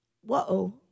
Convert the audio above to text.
Whoa